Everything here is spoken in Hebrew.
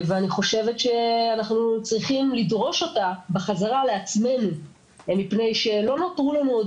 אנחנו צריכים לדרוש אותה בחזרה לעצמנו מפני שלא נותרו לנו עוד